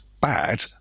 bad